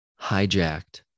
hijacked